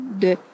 de